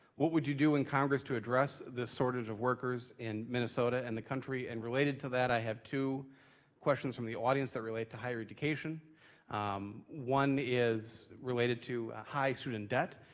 what would you do in congress to address the shortage sort of of workers in minnesota and the country? and related to that, i have two questions from the audience that relate to higher education. ah one is related to ah high student debt,